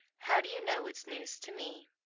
how do you know it's news to me?